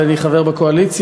ואני חבר בקואליציה,